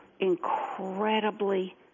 incredibly